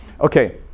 Okay